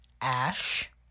Ash